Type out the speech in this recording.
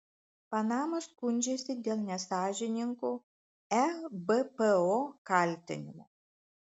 panama skundžiasi dėl nesąžiningų ebpo kaltinimų